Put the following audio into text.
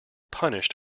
punished